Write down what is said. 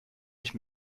nicht